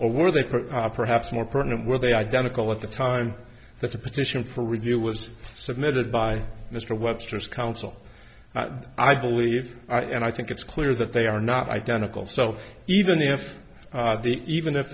or were they perhaps more pertinent were they identical at the time that the petition for review was submitted by mr webster's counsel i believe and i think it's clear that they are not identical so even if the even if